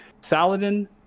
Saladin